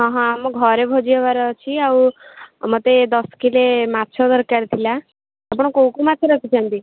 ହଁ ହଁ ଆମ ଘରେ ଭୋଜି ହେବାର ଅଛି ଆଉ ମୋତେ ଦଶ କିଲୋ ମାଛ ଦରକାର ଥିଲା ଆପଣ କେଉଁ କେଉଁ ମାଛ ରଖିଛନ୍ତି